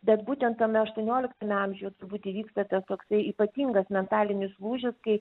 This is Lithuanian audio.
bet būtent tame aštuonoliktame amžiuje turbūt įvyksta tas toksai ypatingas mentalinis lūžis kai